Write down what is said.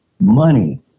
money